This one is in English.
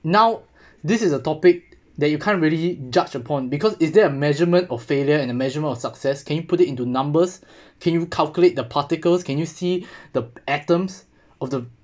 now this is a topic that you can't really judged upon because is there a measurement of failure and a measurement of success can you put it into numbers can you calculate the particles can you see the atoms of the